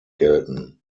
gelten